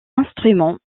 instrument